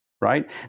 Right